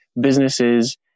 businesses